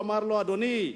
אדוני,